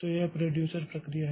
तो यह प्रोड्यूसर प्रक्रिया है